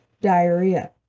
diarrhea